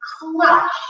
clutch